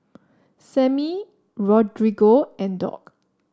Sammy Rodrigo and Dock